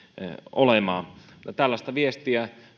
olemaan tällaista viestiä